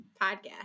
podcast